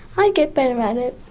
i get better at it.